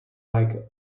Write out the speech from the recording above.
like